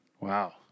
Wow